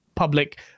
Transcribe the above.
Public